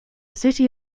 city